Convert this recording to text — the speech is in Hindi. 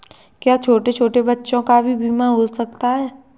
क्या छोटे छोटे बच्चों का भी बीमा हो सकता है?